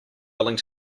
willing